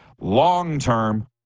Long-term